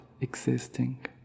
existing